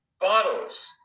bottles